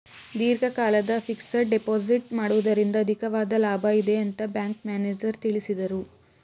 ದೀರ್ಘಕಾಲದ fixed deposit ಮಾಡುವುದರಿಂದ ಅಧಿಕವಾದ ಲಾಭ ಇದೆ ಅಂತ ಬ್ಯಾಂಕ್ ಮ್ಯಾನೇಜರ್ ತಿಳಿಸಿದರು